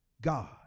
God